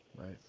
Right